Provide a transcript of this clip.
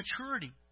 maturity